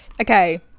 okay